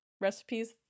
recipes